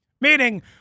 meaning